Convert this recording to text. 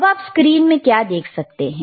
अब आप स्क्रीन में क्या देख सकते हैं